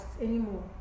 anymore